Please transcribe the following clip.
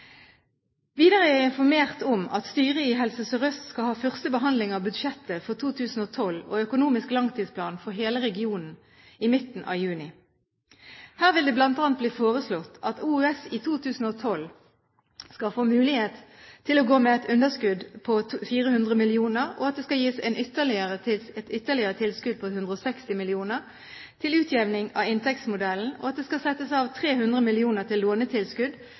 Videre er jeg informert om at styret i Helse Sør-Øst skal ha første behandling av budsjettet for 2012 og økonomisk langtidsplan for hele regionen i midten av juni. Her vil det bl.a. bli foreslått at Oslo universitetssykehus i 2012 skal få mulighet til å gå med et underskudd på 400 mill. kr, at det skal gis et ytterligere tilskudd på 160 mill. kr til utjevning av inntektsmodellen, og at det skal settes av 300 mill. kr til